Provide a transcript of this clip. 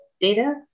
data